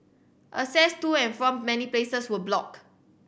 access do and from many places were block